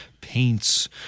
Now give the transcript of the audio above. paints